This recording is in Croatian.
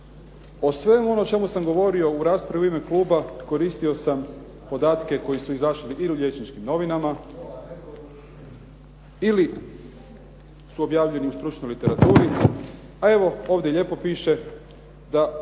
O svemu ono o čemu sam govorio u raspravi u ime kluba koristio sam podatke koji su izašli i u liječničkim novinama ili su objavljeni u stručnoj literaturi, a evo, ovdje lijepo piše da